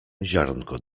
ziarnko